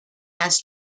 has